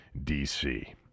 DC